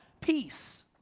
peace